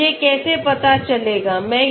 तो मुझे कैसे पता चलेगा